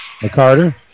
McCarter